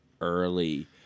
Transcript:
early